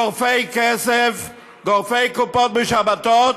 גורפי כסף, גורפי קופות בשבתות,